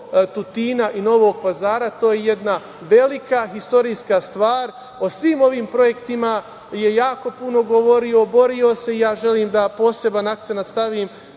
Tutina i Novog Pazara, to je jedna velika istorijska stvar. O svim ovim projektima je jako puno govorio, borio se i ja želim da poseban akcenat stavim